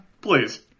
Please